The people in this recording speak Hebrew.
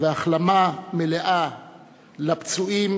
והחלמה מהירה לפצועים,